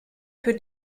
für